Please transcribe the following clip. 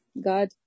God